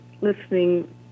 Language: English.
listening